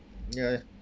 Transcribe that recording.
ya ya